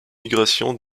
migrations